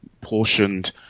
portioned